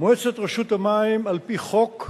מועצת רשות המים, על-פי חוק,